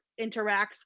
interacts